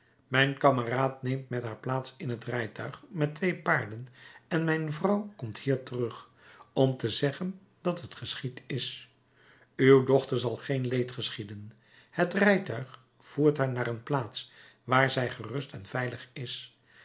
mijn kameraad neemt met haar plaats in het rijtuig met twee paarden en mijn vrouw komt hier terug om te zeggen dat het geschied is uw dochter zal geen leed geschieden het rijtuig voert haar naar een plaats waar zij gerust en veilig is